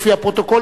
לפי הפרוטוקול,